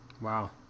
Wow